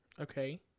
Okay